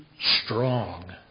strong